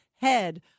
head